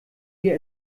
wir